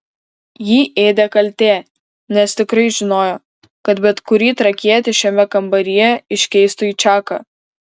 jį ėdė kaltė nes tikrai žinojo kad bet kurį trakietį šiame kambaryje iškeistų į čaką